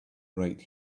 right